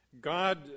God